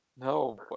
No